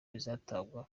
bizatangwa